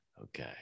Okay